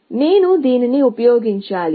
కాబట్టి నేను దీనిని ఉపయోగించాలి